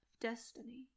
destiny